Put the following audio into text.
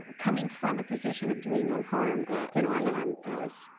coming from a position of doing no harm than i am as